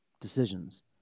decisions